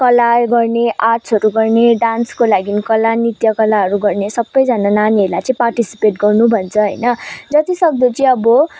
कला गर्ने आर्ट्सहरू गर्ने डान्सको लागि कला नृत्यकलाहरू गर्ने सबैजना नानीहरूलाई चाहिँ पार्टिसिपेट गर्नु भन्छ होइन जति सक्दो चाहिँ अब